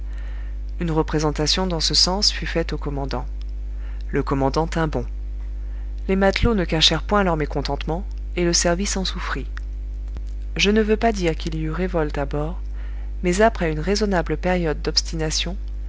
une représentation dans ce sens fut faite au commandant le commandant tint bon les matelots ne cachèrent point leur mécontentement et le service en souffrit je ne veux pas dire qu'il y eut révolte à bord mais après une raisonnable période d'obstination